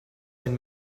and